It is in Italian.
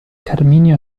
carminio